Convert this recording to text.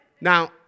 Now